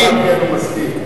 אני, לא בדקתי, אבל הוא מסכים.